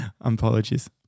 apologies